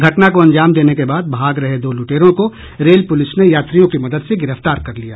घटना को अंजाम देने के बाद भाग रहे दो लुटेरों को रेल पुलिस ने यात्रियों की मदद से गिरफ्तार कर लिया